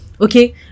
okay